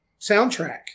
soundtrack